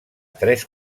tres